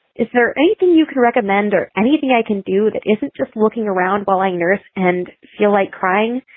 is there anything you can recommend or anything i can do that isn't just looking around bollinger's and feel like crying?